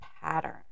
pattern